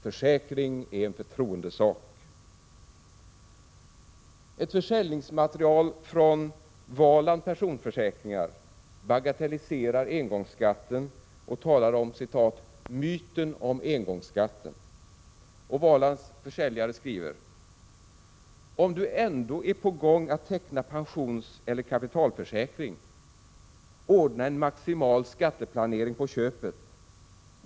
Försäkring är en förtroendesak.” Ett försäljningsmaterial från Valand personförsäkringar bagatelliserar engångsskatten och talar om ”Myten om engångsskatten”. Valands försäljare skriver: ”Om du ändå är på gång att teckna pensionseller kapitalförsäkring? Ordna en maximal skatteplanering på köpet.